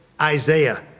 Isaiah